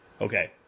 Okay